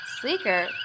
sleeker